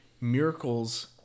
miracles